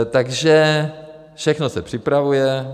Takže všechno se připravuje.